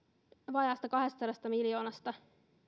vajaasta kahdestasadasta miljoonasta